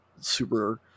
super